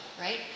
right